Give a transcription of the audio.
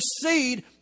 seed